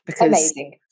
Amazing